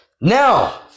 Now